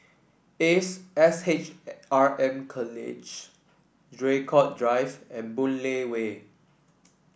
Ace S H R M College Draycott Drive and Boon Lay Way